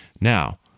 Now